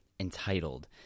entitled